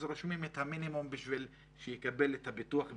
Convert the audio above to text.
אז רושמים את המינימום בשביל שיקבל את ביטוח הבריאות,